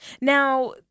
Now